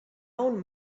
own